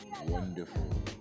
wonderful